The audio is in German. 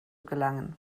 gelangen